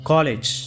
College